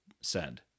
Send